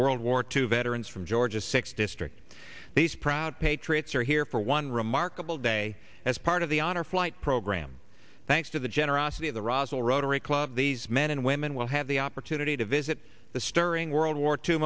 world war two veterans from georgia six districts these proud patriots are here for one remarkable day as part of the honor flight program thanks to the generosity of the rozel rotary club these men and women will have the opportunity to visit the stirring world war two